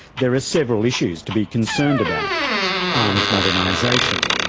there are several issues to be concerned about arms modernisation,